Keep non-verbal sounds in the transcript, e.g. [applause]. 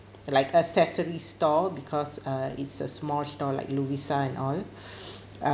like accessory stall because err it's a small store like lovisa and all [breath] uh